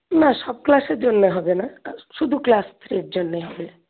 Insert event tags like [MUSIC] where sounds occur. না সব ক্লাসের জন্যে হবে না [UNINTELLIGIBLE] শুধু ক্লাস থ্রির জন্যেই হবে